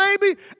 baby